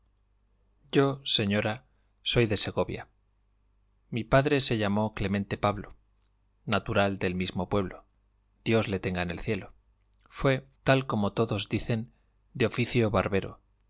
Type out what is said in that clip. yo señora soy de segovia mi padre se llamó clemente pablo natural del mismo pueblo dios le tenga en el cielo fue tal como todos dicen de oficio barbero